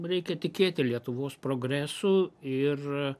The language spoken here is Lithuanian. reikia tikėti lietuvos progresu ir